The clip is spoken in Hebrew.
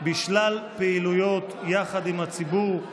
בשלל פעילויות יחד עם הציבור.